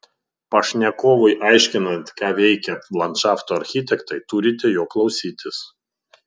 pašnekovui aiškinant ką veikia landšafto architektai turite jo klausytis